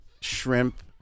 shrimp